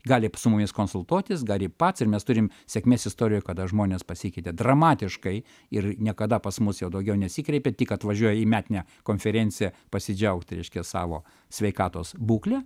gali su mumis konsultuotis gali pats ir mes turim sėkmės istorijų kada žmonės pasikeitė dramatiškai ir niekada pas mus jau daugiau nesikreipė tik atvažiuoja į metinę konferenciją pasidžiaugti reiškia savo sveikatos būkle